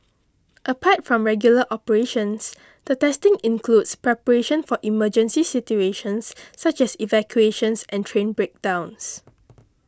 apart from regular operations the testing includes preparation for emergency situations such as evacuations and train breakdowns